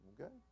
Okay